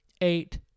eight